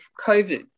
COVID